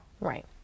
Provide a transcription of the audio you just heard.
right